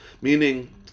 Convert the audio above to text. Meaning